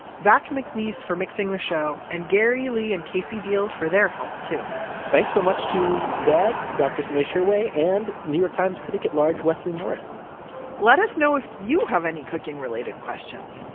zack mcneise for mixing the show, and gary lee and casey deal for their help too thanks so much to dad, dr. sumesh hirway, and new york times critic at large wesley morris let us know if you have any cooking related questions.